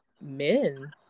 Men